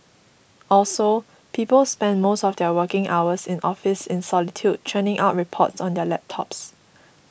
also people spend most of their working hours in office in solitude churning out reports on their laptops